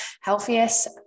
healthiest